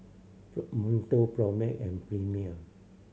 Monto Propnex and Premier